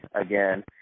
again